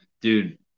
Dude